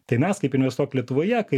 tai mes kaip investuok lietuvoje kai